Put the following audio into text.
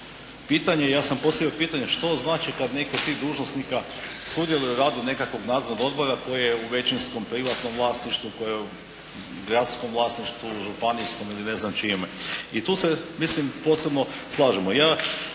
pitanje, ja sam postavio pitanje što znači kad neki od tih dužnosnika sudjeluje u radu nekakvog nadzornog odbora koji je u većinskom privatnom vlasništvu, koji je u gradskom vlasništvu, županijskom ili ne znam čijem. I tu se, mislim posebno slažemo.